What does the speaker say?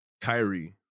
Kyrie